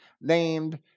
named